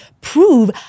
prove